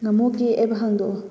ꯅꯃꯣꯒꯤ app ꯍꯥꯡꯗꯣꯛꯑꯣ